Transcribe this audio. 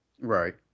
Right